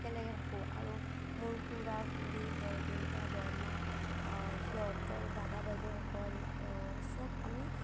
একেলগে থাকোঁ আৰু মোৰ খুৰা খুৰী বৰদেউতা বৰমা সিহঁতৰ দাদা বাইদেউসকল চব আমি